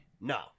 No